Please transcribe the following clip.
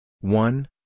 one